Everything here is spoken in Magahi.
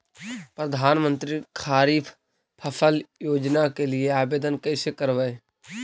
प्रधानमंत्री खारिफ फ़सल योजना के लिए आवेदन कैसे करबइ?